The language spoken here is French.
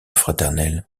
fraternel